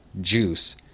juice